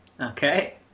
Okay